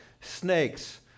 snakes